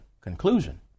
conclusion